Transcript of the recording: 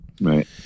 Right